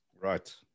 Right